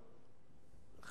כן.